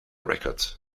records